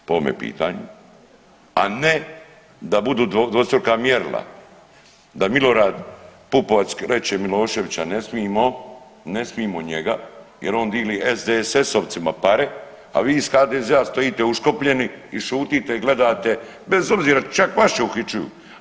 Po ovome pitanju, a ne da budu dvostruka mjerila, da Milorad Pupovac kreće Miloševića ne smimo, ne smimo njega, jer on dili SDSS-ovcima pare, a vi iz HDZ-a stojite uškopljeni i šutite i gledate, bez obzira, čak vaše uhićuju.